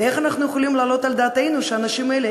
ואיך אנחנו יכולים להעלות על דעתנו שאנשים אלה,